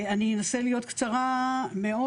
אני אנסה להיות קצרה מאוד,